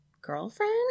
girlfriend